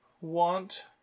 want